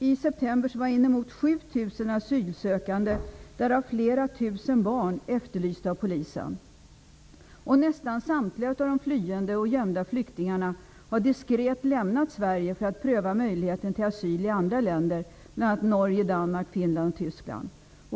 I september var ungefär 7 000 asylsökande, därav flera tusen barn, efterlysta av polisen. Nästan samtliga av de flyende och gömda flyktingarna har diskret lämnat Sverige för att pröva möjligheten till asyl i andra länder, bl.a. i Norge, Danmark, Finland och Tyskland.